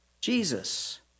Jesus